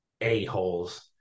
A-holes